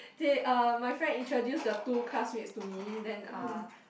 they are my friend introduce the two classmates to me then uh